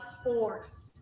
sports